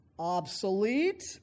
Obsolete